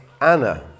Anna